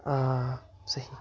آ صحیح